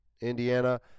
Indiana